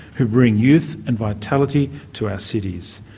who bring youth and vitality to our cities.